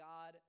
God